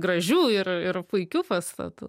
gražių ir ir puikių pastatų